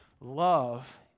Love